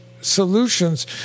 solutions